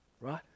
right